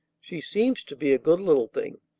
she seems to be a good little thing.